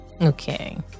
okay